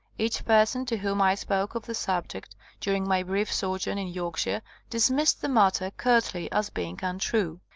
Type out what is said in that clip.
each per son to whom i spoke of the subject during my brief sojourn in yorkshire dismissed the matter curtly as being untrue.